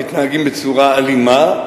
הם מתנהגים בצורה אלימה,